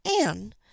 Anne